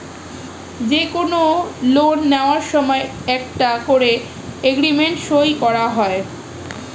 যে কোনো লোন নেয়ার সময় একটা করে এগ্রিমেন্ট সই করা হয়